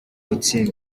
үзсэн